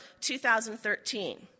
2013